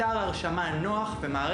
זה לא אירוע פשוט,